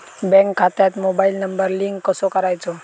Bank खात्यात mobile number link कसो करायचो?